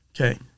okay